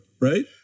Right